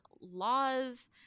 laws